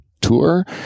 tour